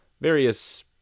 various